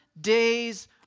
days